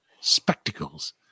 spectacles